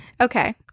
Okay